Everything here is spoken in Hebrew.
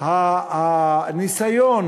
גם הניסיון